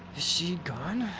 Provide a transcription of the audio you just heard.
she gone?